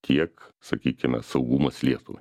tiek sakykime saugumas lietuvai